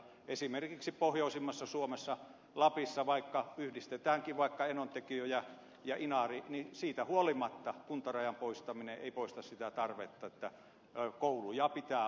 esimerkiksi pohjoisimmassa suomessa lapissa jos yhdistettäisiin vaikka enontekiö ja inari niin siitä huolimatta kuntarajan poistaminen ei poista sitä tarvetta kouluja pitää olla